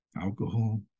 alcohol